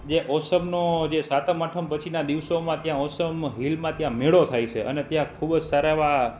જે ઓસમનો જે સાતમ આઠમ પછીના દિવસોમાં ત્યાં ઓસમ હિલમાં ત્યાં મેળો થાય છે અને ત્યાં ખૂબ જ સારા એવા